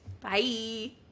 Bye